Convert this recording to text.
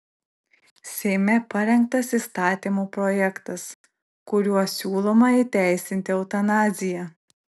seime parengtas įstatymo projektas kuriuo siūloma įteisinti eutanaziją